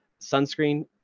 sunscreen